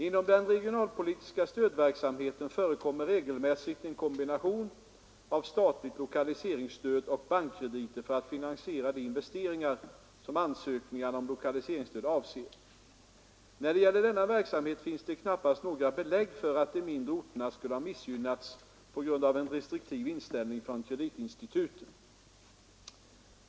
Inom den regionalpolitiska stödverksamheten förekommer regelmässigt en kombination av statligt lokaliseringsstöd och bankkrediter för att finansiera de investeringar som ansökningarna om lokaliseringsstöd avser. När det gäller denna verksamhet finns det knappast några belägg för att de mindre orterna skulle ha missgynnats på grund av en restriktiv inställning från kreditinstituten.